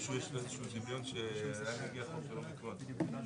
הצבעה ההסתייגות לא נתקבלה ההסתייגות לא התקבלה.